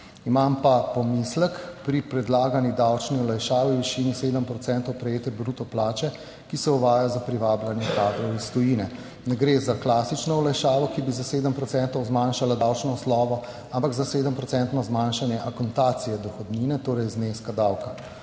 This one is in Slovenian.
Imam pa pomislek pri predlagani davčni olajšavi v višini 7 procentov prejete bruto plače, ki se uvaja za privabljanje kadrov iz tujine. Ne gre za klasično olajšavo, ki bi za 7 procentov zmanjšala davčno osnovo, ampak za sedem procentno zmanjšanje akontacije dohodnine, torej zneska davka.